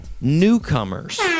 Newcomers